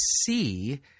see